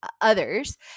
others